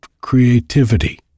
creativity